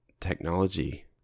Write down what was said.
technology